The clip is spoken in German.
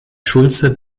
schulze